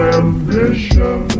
ambition